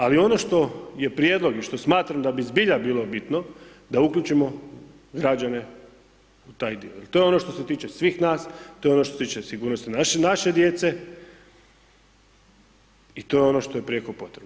Ali, ono što je prijedlog i što smatram da bi zbilja bilo bitno da uključimo građane u taj dio, jel to je ono što se tiče svih nas, to je ono što se tiče sigurnosti naše djece i to je ono što je prijeko potrebno.